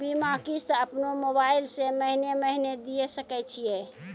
बीमा किस्त अपनो मोबाइल से महीने महीने दिए सकय छियै?